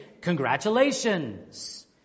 congratulations